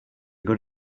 good